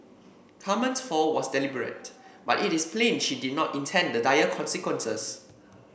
Carmen's fall was deliberate but it is plain she did not intend the dire consequences